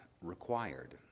required